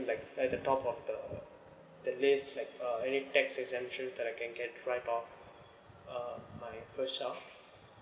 like at the top of the delays like uh any tax exemption that I can get throughout birth of my first child